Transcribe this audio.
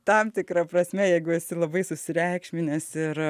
tam tikra prasme jeigu esi labai susireikšminęs ir